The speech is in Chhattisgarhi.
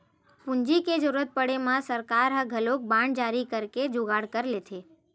पूंजी के जरुरत पड़े म सरकार ह घलोक बांड जारी करके जुगाड़ कर लेथे